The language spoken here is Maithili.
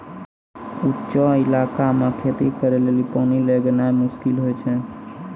ऊंचो इलाका मे खेती करे लेली पानी लै गेनाय मुश्किल होय छै